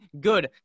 good